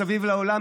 מסביב לעולם?